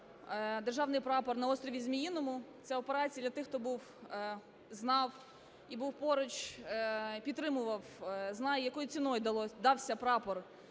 Державний Прапор на острові Зміїному. Це операція для тих, хто був, знав і був поруч, підтримував, знає, якою ціною дався прапор